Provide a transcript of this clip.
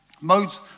Modes